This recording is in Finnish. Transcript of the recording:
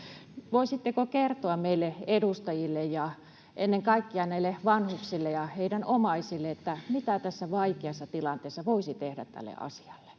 Voisitteko kertoa meille edustajille ja ennen kaikkea näille vanhuksille ja heidän omaisilleen, mitä tässä vaikeassa tilanteessa voisi tehdä tälle asialle?